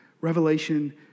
Revelation